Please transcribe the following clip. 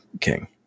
King